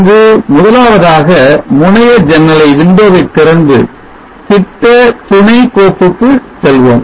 அதற்கு முதலாவதாக முனைய ஜன்னலை திறந்து திட்ட துணை கோப்புக்கு செல்வோம்